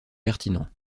pertinent